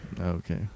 Okay